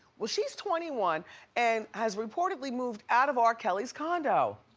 well, she's twenty one and has reportedly moved out of r. kelly's condo.